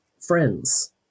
friends